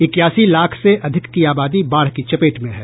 इक्यासी लाख से अधिक की आबादी बाढ़ की चपेट में है